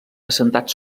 assentat